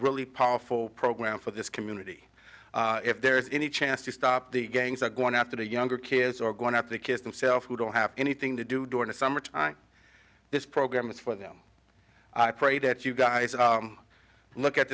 really powerful program for this community if there's any chance to stop the gangs are going after the younger kids or going out the kids themselves who don't have anything to do during the summer time this program is for them i pray that you guys look at